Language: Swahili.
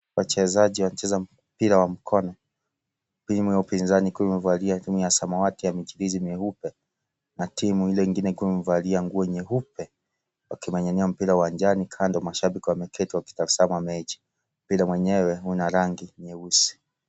Wachezaji wacheza mpira wa mkono. Timu ya upinzani ikiwa imevalia jezi ya samawati yenye michirizi meupe na timu ile ingine ikiwa imevalia nguo nyeupe wakingangania mpira uwanjani. Kando, mashabiki wameketi wakitazama mechi. Mpira mwenyewe una rangi nyeusi.